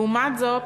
לעומת זאת,